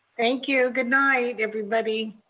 thank you. good night, everybody.